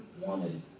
wanted